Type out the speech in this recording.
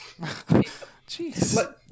Jeez